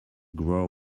grow